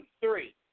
three